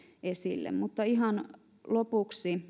esille ihan lopuksi